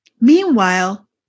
Meanwhile